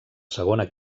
segona